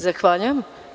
Zahvaljujem.